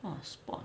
what sport